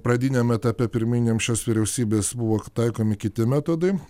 pradiniam etape pirminiam šios vyriausybės buvo taikomi kiti metodai